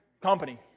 company